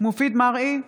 מופיד מרעי,